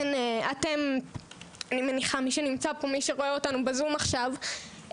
מי שרואה אותנו בזום עכשיו,